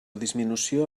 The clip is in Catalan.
disminució